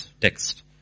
text